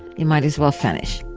you might as well finish